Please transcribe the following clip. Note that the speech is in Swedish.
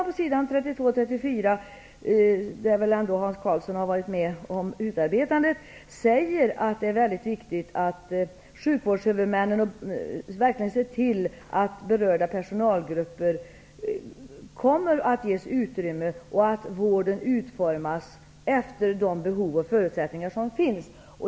På s. 32-- 34 -- Hans Karlsson torde ha varit med om utarbetandet -- sägs att det är mycket viktigt att sjukvårdshuvudmännen verkligen ser till att berörda personalgrupper kommer att ges utrymme och att vården utformas i enlighet med de behov och förutsättningar som finns.